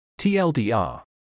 TLDR